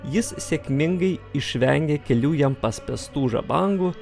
jis sėkmingai išvengė kelių jam paspęstų žabangų